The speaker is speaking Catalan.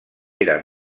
era